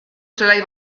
zelai